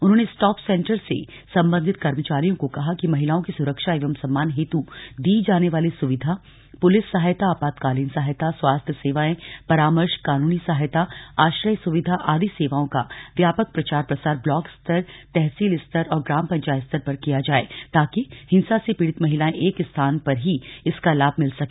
उन्होनें stop centre से सम्बन्धित कर्मचारियों को कहा कि महिलाओं की सुरक्षा एवं सम्मान हेतु दी जाने वाली सुविधा पुलिस सहायता आपतकालीन सहायता स्वास्थ्य सेवाएं परामर्श कानूनी सहायता आश्रय सुविधा आदि सेवाओं का व्यापक प्रचार प्रसार ब्लाक स्तर तहसील स्तर और ग्राम पंचायत स्तर पर किया जाये ताकि हिंसा से पीड़ित महिलाएं एक स्थान पर ही इसका लाभ मिल सके